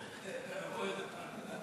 תזלזל.